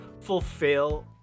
fulfill